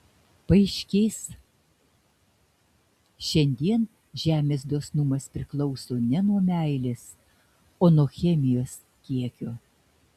paaiškės šiandien žemės dosnumas priklauso ne nuo meilės o nuo chemijos kiekio